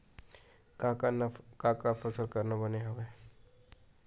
का का फसल करना बने होथे?